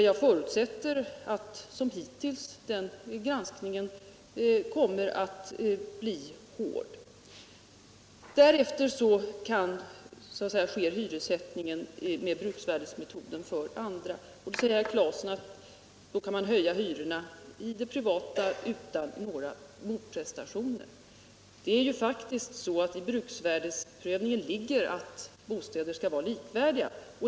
Jag förutsätter att den granskningen som hittills kommer att bli hård. Därefter sker hyressättningen för andra lägenheter med bruksvärdesmetoden. Herr Claeson säger att man med den metoden kan höja hyrorna i de privata fastigheterna utan några motprestationer. I bruksvärdesprövning ligger faktiskt en bedömning av att bostäder är likvärdiga.